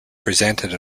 presented